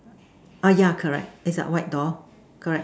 uh yeah correct it's a white door correct